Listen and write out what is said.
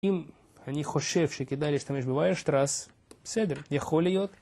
אם אני חושב שכדאי להשתמש בווייר שטראס, בסדר, יכול להיות.